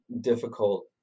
difficult